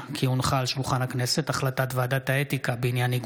ברשות יושב-ראש הכנסת, הינני